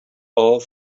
all